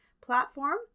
Platform